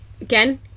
Again